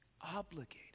obligated